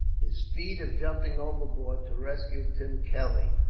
his feat of jumping overboard to rescue tim kelly,